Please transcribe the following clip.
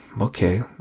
okay